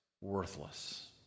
worthless